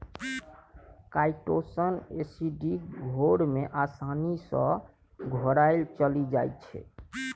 chitosan acidic घोर मे आसानी सँ घोराएल चलि जाइ छै